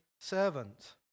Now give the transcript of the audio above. servant